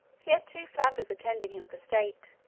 he had two flappers attending him for state,